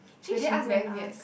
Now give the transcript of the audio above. actually should go and ask